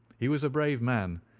he was a brave man,